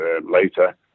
later